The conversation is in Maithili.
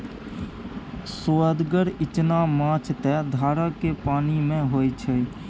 सोअदगर इचना माछ त धारेक पानिमे होए छै